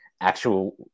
actual